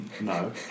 No